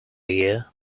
year